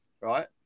right